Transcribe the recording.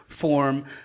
form